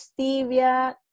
stevia